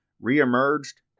re-emerged